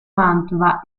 mantova